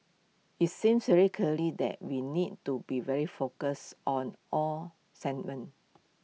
IT sings very clearly that we need to be very focused on all segments